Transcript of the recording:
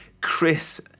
Chris